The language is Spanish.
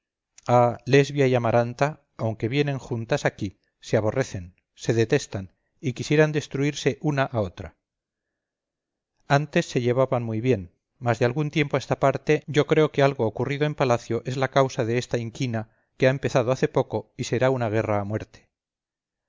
ah lesbia y amaranta aunque vienen juntas aquí se aborrecen se detestan y quisieran destruirse una a otra antes se llevaban muy bien mas de algún tiempo a esta parte yo creo que algo ocurrido en palacio es la causa de esta inquina que ha empezado hace poco y será una guerra a muerte